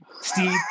Steve